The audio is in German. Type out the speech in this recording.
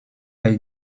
bei